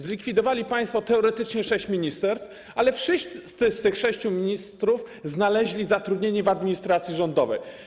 Zlikwidowali państwo teoretycznie sześć ministerstw, ale każdy z tych sześciu ministrów znalazł zatrudnienie w administracji rządowej.